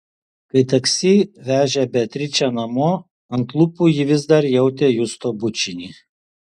kai taksi vežė beatričę namo ant lūpų ji vis dar jautė justo bučinį